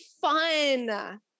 fun